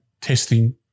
testing